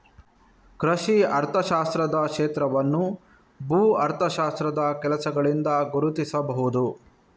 ಕೃಷಿ ಅರ್ಥಶಾಸ್ತ್ರದ ಕ್ಷೇತ್ರವನ್ನು ಭೂ ಅರ್ಥಶಾಸ್ತ್ರದ ಕೆಲಸಗಳಿಂದ ಗುರುತಿಸಬಹುದು